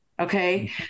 Okay